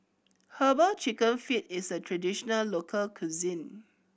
Herbal Chicken Feet is a traditional local cuisine